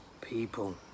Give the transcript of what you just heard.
people